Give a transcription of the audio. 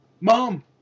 Mom